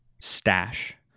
stash